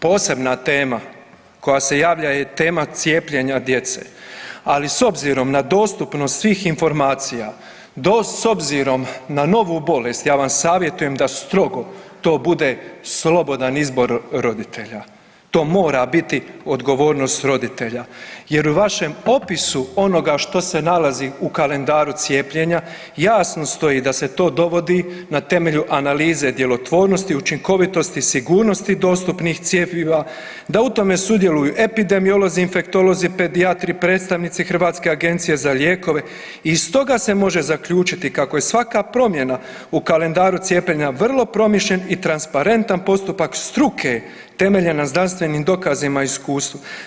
Posebna tema koja se javlja je tema cijepljenja djece ali s obzirom na dostupnost svih informacija do s obzirom na novu bolest, ja vam savjetujem da strogo to bude slobodan izbor roditelja, to mora biti odgovornost roditelja jer u vašem popisu onoga što se nalazi u kalendaru cijepljenja jasno stoji da se to dovodi na temelju analize djelotvornosti, učinkovitosti, sigurnosti dostupnih cjepiva, da u tome sudjeluju epidemiolozi, infektolozi, pedijatri, predstavnici Hrvatske agencije za lijekove i iz toga se može zaključiti kako je svaka promjena u kalendaru cijepljena vrlo promišljen i transparentan postupak struke temeljene na znanstvenim dokazima i iskustva.